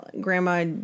Grandma